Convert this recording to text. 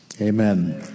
Amen